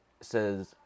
says